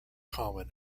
common